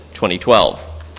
2012